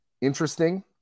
Interesting